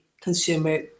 consumer